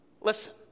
Listen